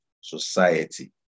society